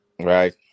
right